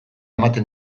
ematen